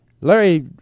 Larry